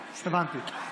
הבנתי.